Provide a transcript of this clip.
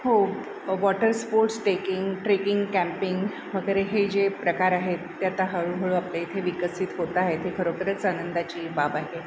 हो water sports taking trekking camping वगैरे हे जे प्रकार आहेत ते आता हळूहळू आपल्या इथे विकसित होत आहे हे खरोखरच आनंदाची बाब आहे